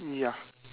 ya